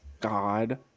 God